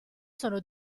sono